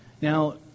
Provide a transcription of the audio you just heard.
Now